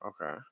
Okay